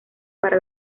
para